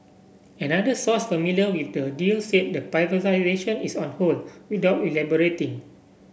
another source familiar with the deal said the privatisation is on hold without elaborating